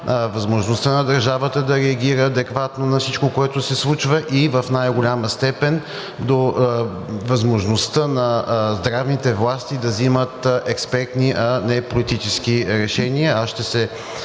възможността на държавата да реагира адекватно на всичко, което се случва, и в най-голяма степен до възможността на здравните власти да взимат експертни, а не политически решения.